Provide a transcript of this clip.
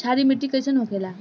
क्षारीय मिट्टी कइसन होखेला?